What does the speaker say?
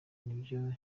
nibyo